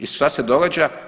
I šta se događa?